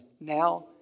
now